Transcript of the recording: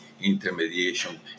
intermediation